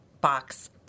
box